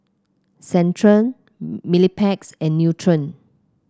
Centrum Mepilex and Nutren